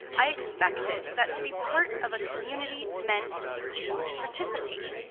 i expected that to be part of a community meant to participate.